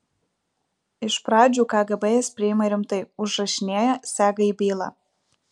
iš pradžių kgb jas priima rimtai užrašinėja sega į bylą